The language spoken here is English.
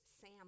Sam